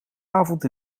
avond